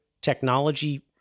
technology